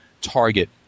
target